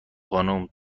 خانم